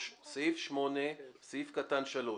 סעיף (8), סעיף קטן (3).